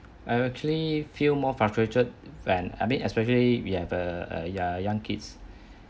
I actually feel more frustrated when I mean especially we have uh uh ya young kids